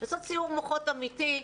לעשות סיעור מוחות אמיתי.